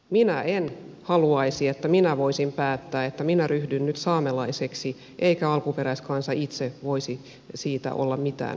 minä en haluaisi että minä voisin päättää että minä ryhdyn nyt saamelaiseksi eikä alkuperäiskansa itse voisi siitä olla mitään mieltä